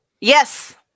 Yes